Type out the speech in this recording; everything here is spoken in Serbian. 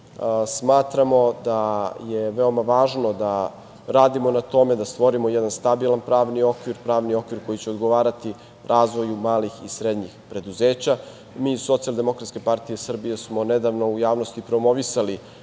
Smatramo je veoma važno da radimo na tome da stvorimo jedan stabilan pravni okvir, pravni okvir koji će odgovarati razvoju malih i srednjih preduzeća. Mi iz SDPS smo nedavno u javnosti promovisali